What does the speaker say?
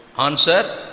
Answer